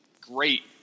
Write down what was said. great